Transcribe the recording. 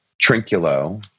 Trinculo